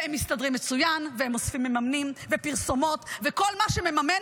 והם מסתדרים מצוין והם אוספים מממנים ופרסומות וכל מה שמממן,